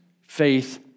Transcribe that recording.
faith